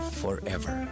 forever